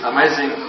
Amazing